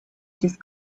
just